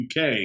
UK